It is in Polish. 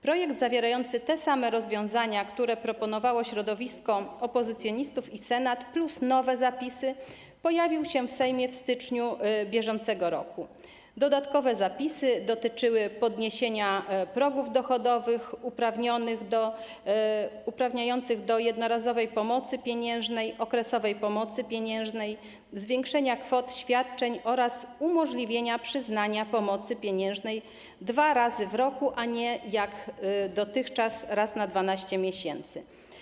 Projekt zawierający te same rozwiązania, które proponowało środowisko opozycjonistów i Senat, plus nowe przepisy pojawił się w Sejmie w styczniu br. Dodatkowe przepisy dotyczyły podniesienia progów dochodowych uprawniających do jednorazowej pomocy pieniężnej, okresowej pomocy pieniężnej, zwiększenia kwot świadczeń oraz umożliwienia przyznania pomocy pieniężnej dwa razy w roku, a nie, jak dotychczas, raz na 12 miesięcy.